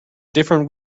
different